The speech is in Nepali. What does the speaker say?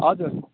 हजुर